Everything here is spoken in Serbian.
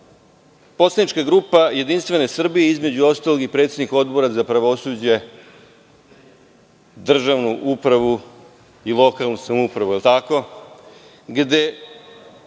poslanička grupa JS, između ostalog i predsednik Odbora za pravosuđe, državnu upravu i lokalnu samoupravu, gde